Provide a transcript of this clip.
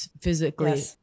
physically